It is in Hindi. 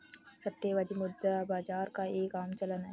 सट्टेबाजी मुद्रा बाजार का एक आम चलन है